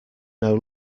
know